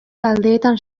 taldeetan